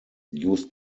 used